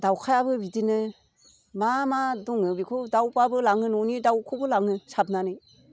दावखायाबो बिदिनो मा मा दङ बेखौ दाउबाबो लाङो न'नि दाउखौबो लाङो साबनानै